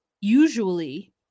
usually